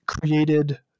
created